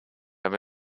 have